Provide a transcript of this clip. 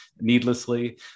needlessly